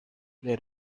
there